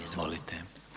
Izvolite.